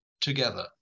together